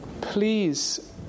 Please